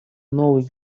новой